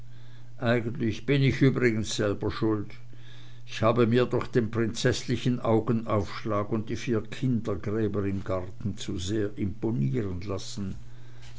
eigentlich bin ich übrigens selber schuld ich habe mir durch den prinzeßlichen augenaufschlag und die vier kindergräber im garten zu sehr imponieren lassen